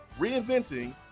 reinventing